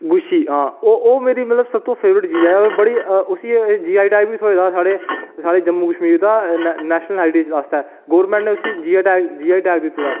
ते आं ओह् मतलब ओह् मेरी सब तूं फेवरेट चीज़ ऐ ओह् बड़ी साढ़े उसी जियो टैग बी थ्होऐ दा साढ़े साढ़े जम्मू कशमीर दा नेशनल हैरीटेज़ आस्तै मगर उसी जियो टैग दित्ते दा